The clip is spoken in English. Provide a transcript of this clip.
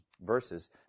verses